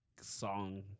song